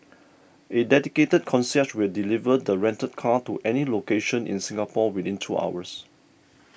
a dedicated concierge will deliver the rented car to any location in Singapore within two hours